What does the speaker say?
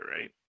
right